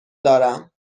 دارم